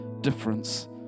difference